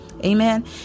amen